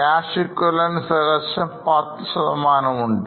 Cash equivalents ഏകദേശം 10 ഉണ്ട്